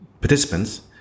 participants